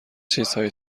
چیزهایی